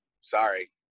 sorry